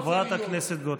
חברת הכנסת גוטליב,